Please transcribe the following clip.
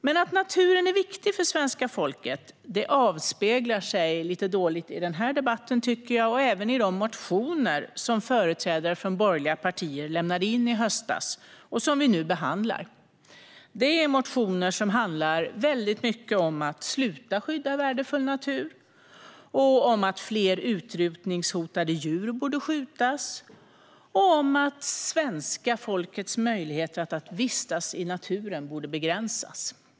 Men att naturen är viktig för svenska folket avspeglar sig dåligt i denna debatt och även i de motioner som företrädare för de borgerliga partierna lämnade in i höstas och som vi nu behandlar. Det är motioner som handlar väldigt mycket om att sluta skydda värdefull natur, om att fler utrotningshotade djur borde skjutas och om att svenska folkets möjligheter att vistas i naturen borde begränsas.